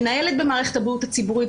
מנהלת במערכת הבריאות הציבורית,